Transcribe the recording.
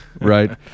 right